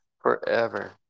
forever